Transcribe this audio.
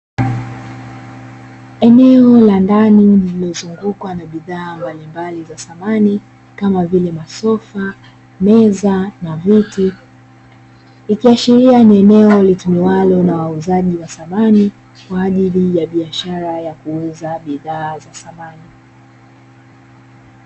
Eneo la ndani limezungukwa na bidhaa mbalimbali za samani, kama vile masofa, meza na viti. Ikiashiria ni eneo litumikalo na wauzaji wa samani kwa ajili ya kuuza bidhaa za samani.